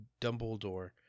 Dumbledore